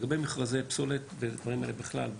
לגבי מכרזי פסולת והדברים האלה בכלל,